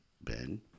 Ben